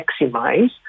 maximize